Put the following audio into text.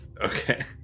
Okay